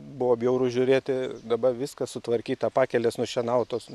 buvo bjauru žiūrėti dabar viskas sutvarkyta pakelės nušienautos